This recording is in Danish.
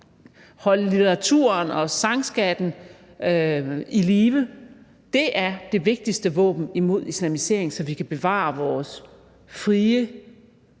holde litteraturen og sangskatten i live. Det er det vigtigste våben imod islamisering, så vi kan bevare vores frie,